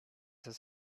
his